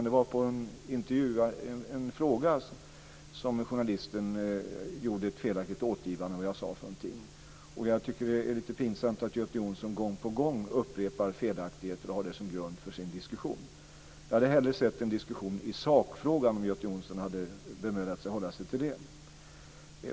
Det var på en fråga som journalisten felaktigt återgav vad jag sade. Jag tycker att det är lite pinsamt att Göte Jonsson gång på gång upprepar felaktigheter och har det som grund för sin diskussion. Jag hade hellre sett en diskussion i sakfrågan, om Göte Jonsson hade bemödat sig om att hålla sig till den.